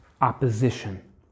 opposition